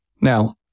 Now